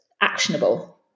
actionable